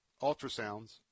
ultrasounds